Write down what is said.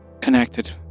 connected